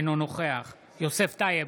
אינו נוכח יוסף טייב,